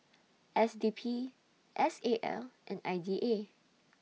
S D P S A L and I D A